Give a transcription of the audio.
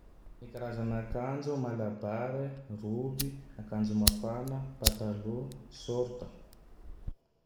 Ny karazagne akanjo: malabare, rôby, akanjo mafana, patalo, sôrta.